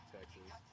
Texas